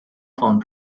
phone